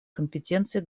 компетенции